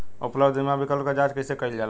उपलब्ध बीमा विकल्प क जांच कैसे कइल जाला?